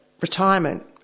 retirement